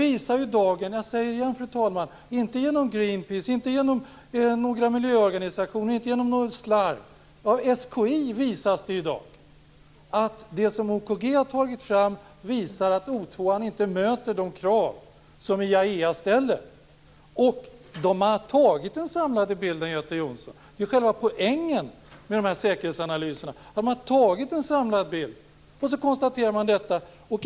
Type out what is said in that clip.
I dag säger SKI att de uppgifter som OKG har tagit fram visar att O 2 inte möter de krav som IAEA ställer. Uppgifterna kommer inte från Greenpeace och inte från några miljöorganisationer, och det är inget slarv. Man har visat en samlad bild, Göte Jonsson. Det är själva poängen med dessa säkerhetsanalyser att man visar en samlad bild. Man konstaterar detta.